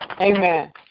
Amen